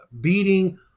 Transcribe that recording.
beating